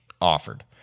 offered